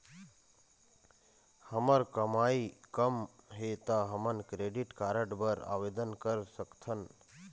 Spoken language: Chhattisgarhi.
हमर कमाई कम हे ता हमन क्रेडिट कारड बर आवेदन कर सकथन?